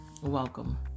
Welcome